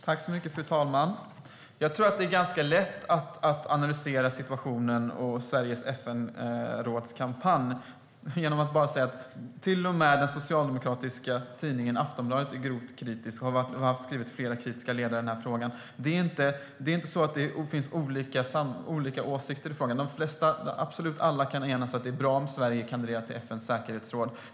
Fru talman! Jag tror att det är ganska lätt att analysera situationen och Sveriges kampanj till FN:s säkerhetsråd genom att helt enkelt säga att till och med den socialdemokratiska tidningen Aftonbladet är grovt kritisk. Den har haft flera kritiska ledare om frågan. Det är inte så att det finns olika åsikter i frågan, utan absolut alla kan enas om att det är bra om Sverige kandiderar till FN:s säkerhetsråd.